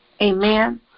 Amen